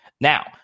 now